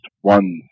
one